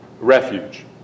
refuge